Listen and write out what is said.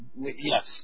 Yes